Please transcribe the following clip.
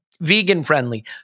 vegan-friendly